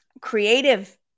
creative